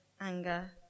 anger